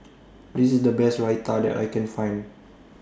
This IS The Best Raita that I Can Find